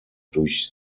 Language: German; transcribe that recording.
durch